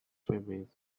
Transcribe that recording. filming